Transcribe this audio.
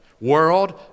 World